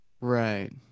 right